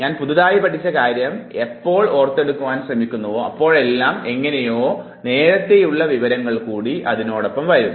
ഞാൻ പുതിയതായി പഠിച്ച കാര്യം എപ്പോൾ ഓർത്തെടുക്കുവാൻ ശ്രമിക്കുന്നുവോ അപ്പോളെല്ലാം എങ്ങനെയോ നേരത്തേയുള്ള വിവരങ്ങൾ കൂടി അതിനോടൊപ്പം വരുന്നു